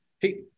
hey